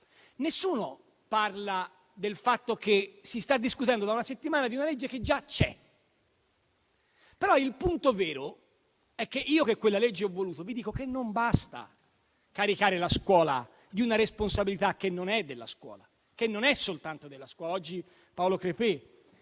Nessuno parla del fatto che si sta discutendo da una settimana di una legge che già c'è. Il punto vero è che io che quella legge l'ho voluta vi dico che non basta caricare la scuola di una responsabilità che non è soltanto della scuola.